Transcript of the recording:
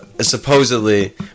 supposedly